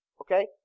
Okay